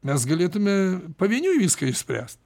mes galėtume pavieniui viską išspręst